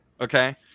Okay